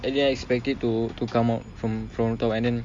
I didn't expect it to to come out from from the top and then